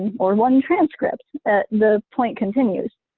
or one transcript the point continues.